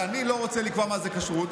ואני לא רוצה לקבוע מה זאת כשרות,